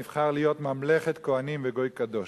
נבחר להיות ממלכת כוהנים וגוי קדוש.